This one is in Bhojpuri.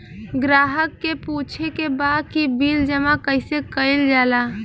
ग्राहक के पूछे के बा की बिल जमा कैसे कईल जाला?